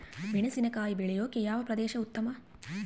ಮೆಣಸಿನಕಾಯಿ ಬೆಳೆಯೊಕೆ ಯಾವ ಪ್ರದೇಶ ಉತ್ತಮ?